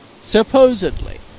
supposedly